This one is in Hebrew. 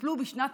טופלו בשנת